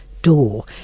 Door